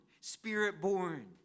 spirit-born